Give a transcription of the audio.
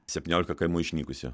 septyniolika kaimų išnykusių